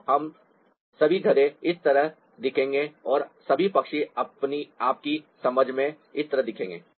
तो सभी गधे इस तरह दिखेंगे और सभी पक्षी आपकी समझ में इस तरह दिखेंगे